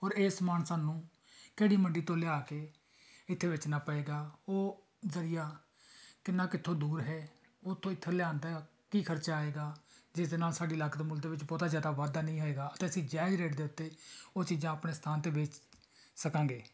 ਔਰ ਇਹ ਸਮਾਨ ਸਾਨੂੰ ਕਿਹੜੀ ਮੰਡੀ ਤੋਂ ਲਿਆ ਕੇ ਇੱਥੇ ਵੇਚਣਾ ਪਏਗਾ ਉਹ ਜ਼ਰੀਆ ਕਿੰਨਾ ਕਿੱਥੋਂ ਦੂਰ ਹੈ ਉੱਥੋਂ ਇੱਥੇੇ ਲਿਆਉਣ ਦਾ ਕੀ ਖ਼ਰਚਾ ਆਵੇਗਾ ਜਿਸ ਦੇ ਨਾਲ ਸਾਡੀ ਲਾਗਤ ਮੁੱਲ ਦੇ ਵਿੱਚ ਬਹੁਤ ਜ਼ਿਆਦਾ ਵਾਧਾ ਨਹੀਂ ਹੋਵੇਗਾ ਅਤੇ ਅਸੀਂ ਜਾਇਜ਼ ਰੇਟ ਦੇ ਉੱਤੇ ਉਹ ਚੀਜ਼ਾਂ ਆਪਣੇ ਸਥਾਨ 'ਤੇ ਵੇਚ ਸਕਾਂਗੇ